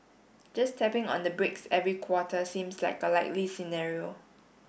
just tapping on the brakes every quarter seems like a likely scenario